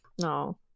No